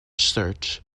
search